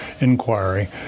inquiry